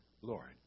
Lord